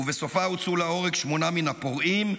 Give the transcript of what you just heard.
ובסופה הוצאו להורג שמונה מן הפורעים,